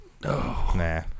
nah